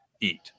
eat